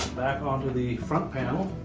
back onto the front panel.